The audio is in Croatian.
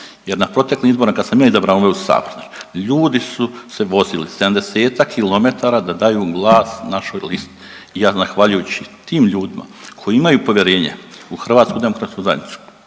jer na proteklim izborima kad sam ja izabran ovdje u sabor ljudi su se vozili 70-ak kilometara da daju glas našoj listi i ja zahvaljujući tim ljudima koji imaju povjerenja u HDZ, u vladu premijera